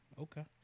okay